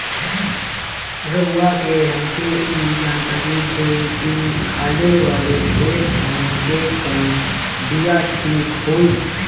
रउआ से हमके ई जानकारी देई की खाले वाले खेत धान के कवन बीया ठीक होई?